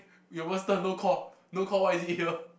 we almost turn no call no call why is it here